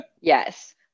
Yes